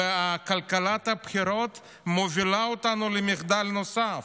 וכלכלת הבחירות מובילה אותנו למחדל נוסף.